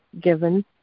given